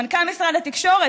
מנכ"ל משרד התקשורת,